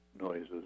noises